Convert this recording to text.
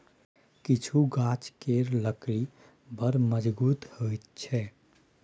किछु गाछ केर लकड़ी बड़ मजगुत होइ छै